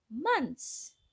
months